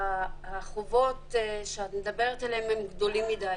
החובות שאת מדברת עליהם גדולים מידיי.